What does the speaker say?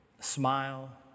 smile